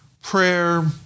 prayer